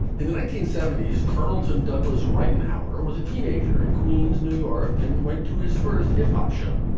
in the nineteen seventy s, carlton douglas righton hower was a teenager in queens, new york, and went to his first hip hop show.